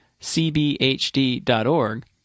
cbhd.org